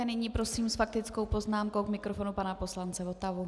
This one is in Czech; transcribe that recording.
A nyní prosím s faktickou poznámkou k mikrofonu pana poslance Votavu.